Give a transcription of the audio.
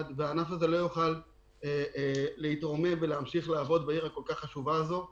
אחר כך אנחנו לא נוכל להתרומם ולהמשיך לעבוד בעיר החשובה הזאת כל כך,